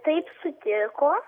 taip sutiko